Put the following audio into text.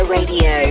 Radio